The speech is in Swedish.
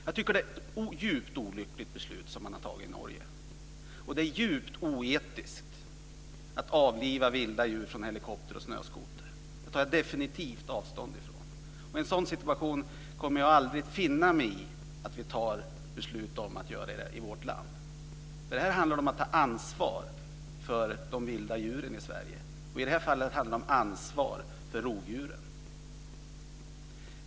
Jag tycker att det är ett djupt olyckligt beslut man har fattat i Norge. Det är djupt oetiskt att avliva vilda djur från helikopter och snöskoter. Det tar jag definitivt avstånd från. Jag kommer aldrig att finna mig i att vi fattar ett sådant beslut i vårt land. Det handlar om att ta ansvar för de vilda djuren i Sverige. I det här fallet handlar det om ansvar för rovdjuren.